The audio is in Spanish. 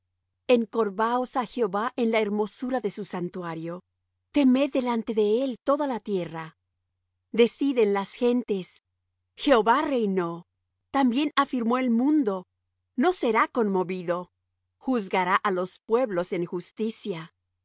encorvaos á jehová en la hermosura de su santuario temed delante de él toda la tierra decid en las gentes jehová reinó también afirmó el mundo no será conmovido juzgará á los pueblos en justicia